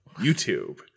YouTube